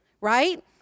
right